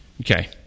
okay